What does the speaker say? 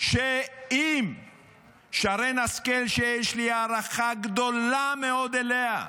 שאם שרן השכל, שיש לי הערכה גדולה מאוד אליה,